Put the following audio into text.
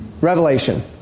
Revelation